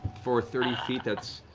for thirty feet, that's